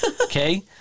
Okay